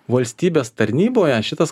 valstybės tarnyboje šitas